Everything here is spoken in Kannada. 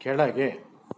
ಕೆಳಗೆ